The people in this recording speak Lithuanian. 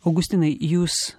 augustinai jūs